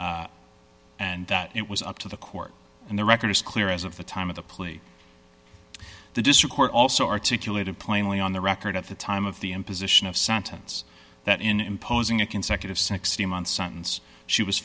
and that it was up to the court and the record is clear as of the time of the plea the district court also articulated plainly on the record at the time of the imposition of sentence that in imposing a consecutive sixteen month sentence she was